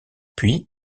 puis